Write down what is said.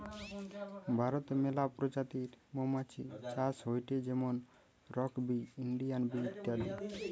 ভারতে মেলা প্রজাতির মৌমাছি চাষ হয়টে যেমন রক বি, ইন্ডিয়ান বি ইত্যাদি